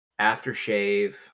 aftershave